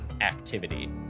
activity